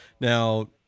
Now